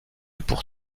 pour